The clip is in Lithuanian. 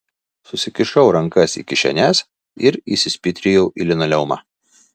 susikišau rankas į kišenes ir įsispitrijau į linoleumą